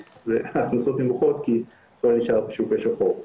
וההכנסות נמוכות כי הכל נשאר בשוק השחור.